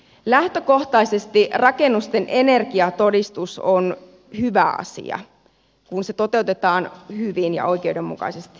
lähtökohtaisesti rakennusten energiatodistus on hyvä asia kun se toteutetaan hyvin ja oikeudenmukaisesti